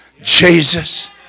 Jesus